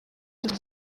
zose